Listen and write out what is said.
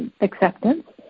acceptance